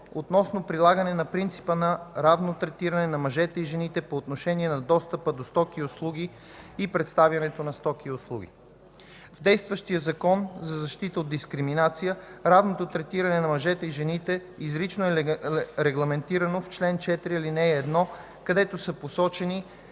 относно прилагане на принципа на равното третиране на мъжете и жените по отношение на достъпа до стоки и услуги и предоставянето на стоки и услуги. В действащия Закон за защита от дискриминация равното третиране на мъжете и жените изрично е регламентирано в чл. 4, ал. 1, където са посочени